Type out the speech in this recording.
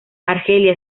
argelia